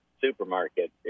supermarket